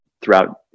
throughout